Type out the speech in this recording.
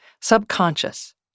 Subconscious